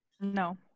No